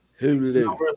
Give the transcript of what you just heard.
Hulu